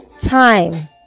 time